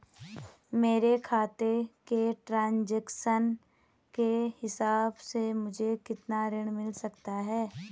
मेरे खाते के ट्रान्ज़ैक्शन के हिसाब से मुझे कितना ऋण मिल सकता है?